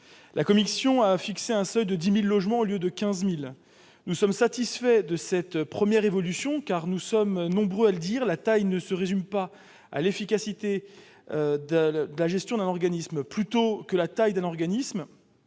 La commission a abaissé le seuil à 10 000 logements, au lieu de 15 000 logements. Nous sommes satisfaits de cette première évolution, car nous sommes nombreux à le dire : la taille ne présume en rien de l'efficacité de la gestion d'un organisme. Plutôt que la taille d'un organisme,